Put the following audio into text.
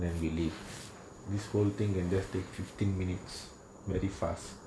and we leave this whole thing and just take fifteen minutes very fast